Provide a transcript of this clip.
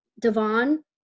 Devon